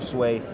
Sway